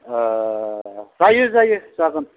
जायो जायो जागोन